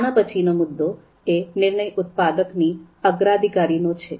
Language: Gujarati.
આના પછીનો મુદ્દો એ નિર્ણય ઉત્પાદકની અગ્રાધિકાર નો છે